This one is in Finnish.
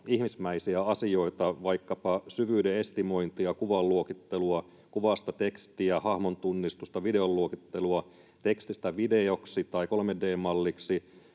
ihmismäisiä asioita, vaikkapa syvyyden estimointia, kuvan luokittelua, kuvasta tekstiä, hahmontunnistusta, videon luokittelua, tekstistä videoksi tai 3D-malliksi,